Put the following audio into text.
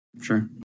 sure